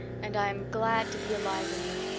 and i am glad to be alive in you.